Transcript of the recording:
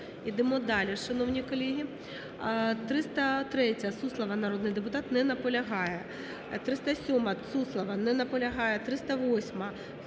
Йдемо далі, шановні колеги,